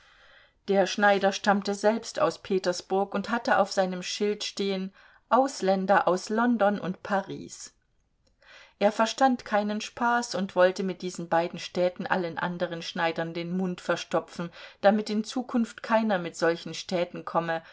der schneider stammte selbst aus petersburg und hatte auf seinem schild stehen ausländer aus london und paris er verstand keinen spaß und wollte mit diesen beiden städten allen anderen schneidern den mund verstopfen damit in zukunft keiner mit solchen städten komme